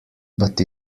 but